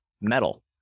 metal